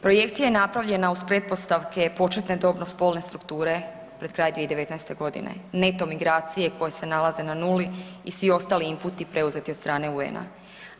Projekcija je napravljena uz pretpostavke početne dobno spolne strukture pred kraj 2019. godine netom migracije koje se nalaze na nuli i svi ostali inputi preuzeti od strane UN-a.